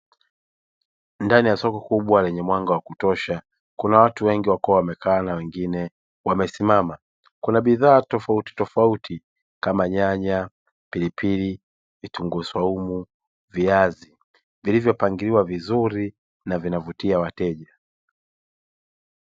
Ndaji ya soko kubwa lenye mwanga wa kutosha, kuna watu wengi wakiwa wamekaa na wengine wamesimama. Kuna bidhaa tofautitofauti kama nyanya, pilipili, vitunguu swaumu, viazi vilivyopangiliwa vizuri na vinavutia wateja.